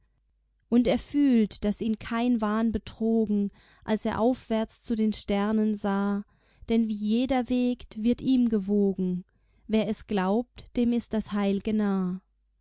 und er fühlt daß ihn kein wahn betrogen als er aufwärts zu den sternen sah denn wie jeder wägt wird ihm gewogen wer es glaubt dem ist das heil'ge